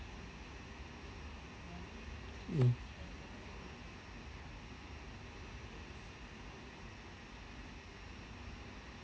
mm